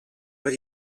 but